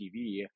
tv